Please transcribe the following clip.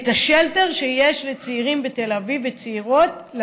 השלטר שיש לצעירים וצעירות בתל אביב,